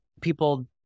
people